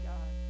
God